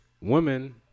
women